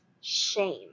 shame